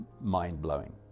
mind-blowing